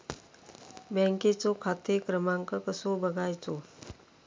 बँकेचो खाते क्रमांक कसो बगायचो?